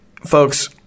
folks